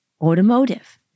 automotive